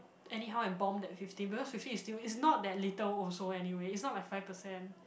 anyhow and bomb that fifteen because fifteen is still it's not that little also anyway it's not like five percent